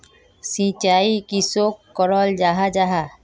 सिंचाई किसोक कराल जाहा जाहा?